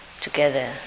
together